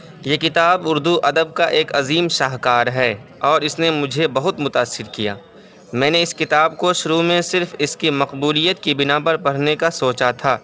یہ کتاب اردو ادب کا ایک عظیم شاہکار ہے اور اس نے مجھے بہت متاثر کیا میں نے اس کتاب کو شروع میں صرف اس کی مقبولیت کی بنا پر پڑھنے کا سوچا تھا